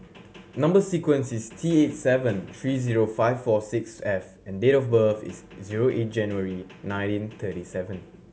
number sequence is T eight seven three zero five four six F and date of birth is zero eight January nineteen thirty seven